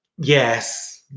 Yes